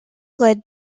led